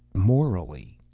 morally